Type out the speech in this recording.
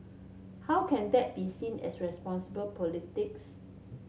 how can that be seen as responsible politics